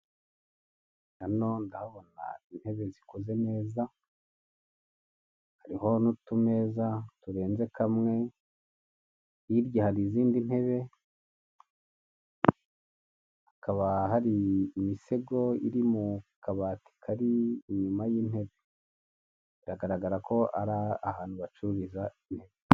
Hano ndahabona intebe zikoze neza, hariho n'utumeza turenze kamwe, hirya hari izindi ntebe, hakaba hari imisego iri mu kabati kari inyuma y'intebe, biragaragara ko ari ahantu bacururiza intebe.